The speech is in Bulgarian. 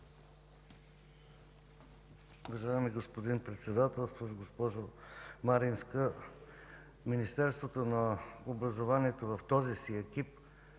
Уважаеми господин Председателстващ, госпожо Маринска! Министерството на образованието и науката в този си екип